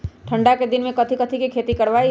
ठंडा के दिन में कथी कथी की खेती करवाई?